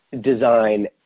design